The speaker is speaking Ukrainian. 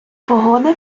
погода